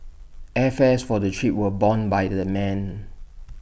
airfares for the trip were borne by the men